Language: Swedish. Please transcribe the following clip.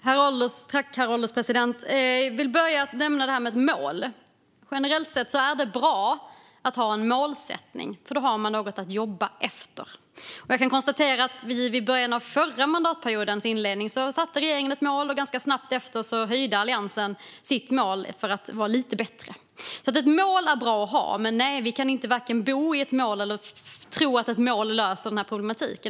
Herr ålderspresident! Jag vill börja med att nämna detta med ett mål. Generellt sett är det bra att ha en målsättning, för då har man något att jobba mot. Jag kan konstatera att i början av förra mandatperiodens inledning satte regeringen ett mål, och ganska snabbt därefter höjde Alliansen sitt mål för att vara lite bättre. Ett mål är alltså bra att ha. Men, nej, vi kan varken bo i ett mål eller tro att ett mål löser den här problematiken.